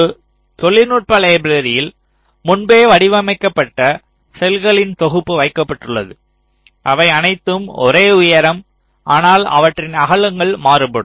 ஒரு தொழில்நுட்ப லைப்ரரியில் முன்பே வடிவமைக்கப்பட்ட செல்களின் தொகுப்பு வைக்கப்பட்டுள்ளது அவை அனைத்தும் ஒரே உயரம் ஆனால் அவற்றின் அகலங்கள் மாறுபடும்